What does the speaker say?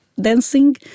dancing